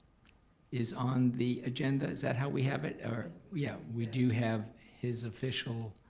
is on the agenda, is that how we have it or yeah, we do have his official